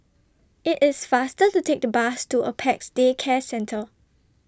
IT IS faster to Take The Bus to Apex Day Care Centre